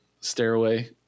Stairway